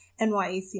NYAC